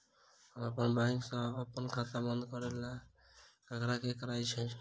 हम अप्पन बैंक सऽ अप्पन खाता बंद करै ला ककरा केह सकाई छी?